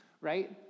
right